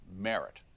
merit